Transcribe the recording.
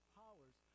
powers